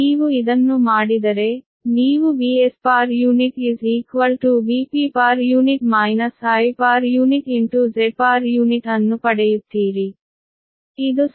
ನೀವು ಇದನ್ನು ಮಾಡಿದರೆ ನೀವು Vs Vp I Z ಅನ್ನು ಪಡೆಯುತ್ತೀರಿ